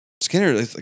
Skinner